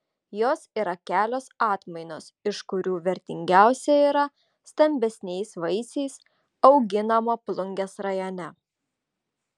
jos yra kelios atmainos iš kurių vertingiausia yra stambesniais vaisiais auginama plungės rajone